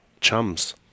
chums